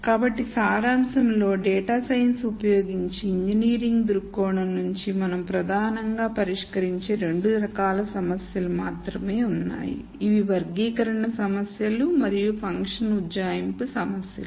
కాబట్టి సారాంశంలో data science ఉపయోగించి ఇంజనీరింగ్ దృక్కోణం నుండి మనం ప్రధానంగా పరిష్కరించే రెండు రకాల సమస్యలు మాత్రమే ఉన్నాయి ఇవి వర్గీకరణ సమస్యలు మరియు ఫంక్షన్ ఉజ్జాయింపు సమస్యలు